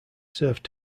served